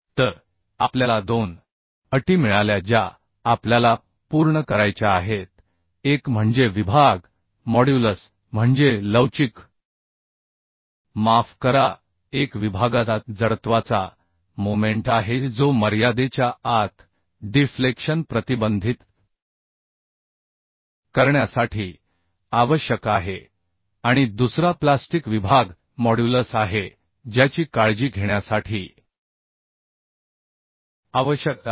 तर आपल्याला 2 अटी मिळाल्या ज्या आपल्याला पूर्ण करायच्या आहेत एक म्हणजे विभाग मॉड्युलस म्हणजे लवचिक माफ करा एक विभागाचा जडत्वाचा मोमेंट आहे जो मर्यादेच्या आत डिफ्लेक्शन प्रतिबंधित करण्यासाठी आवश्यक आहे आणि दुसरा प्लास्टिक विभाग मॉड्युलस आहे ज्याची काळजी घेण्यासाठी आवश्यक आहे